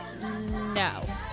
No